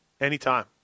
anytime